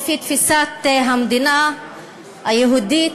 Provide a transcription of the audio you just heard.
לפי תפיסת המדינה היהודית,